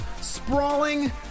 sprawling